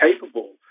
capable